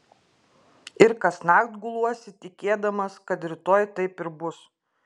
ir kasnakt guluosi tikėdamas kad rytoj taip ir bus